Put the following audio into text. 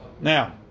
Now